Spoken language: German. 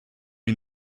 wie